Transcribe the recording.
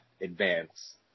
advance